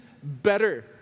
Better